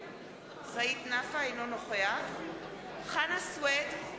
אינו נוכח חנא סוייד,